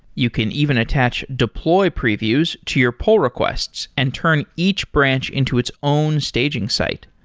you can even attach deploy previews to your poll requests and turn each branch into its own staging site.